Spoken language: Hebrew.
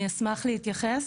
אני אשמח להתייחס.